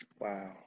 Wow